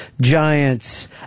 Giants